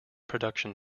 production